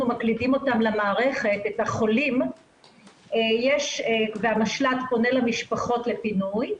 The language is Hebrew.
מקלידים למערכת את החולים והמשלט פונה למשפחות לפינוי,